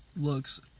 looks